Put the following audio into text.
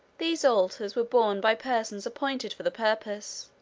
these altars were borne by persons appointed for the purpose,